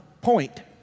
point